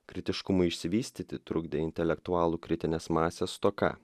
kritiškumui išsivystyti trukdė intelektualų kritinės masės stoka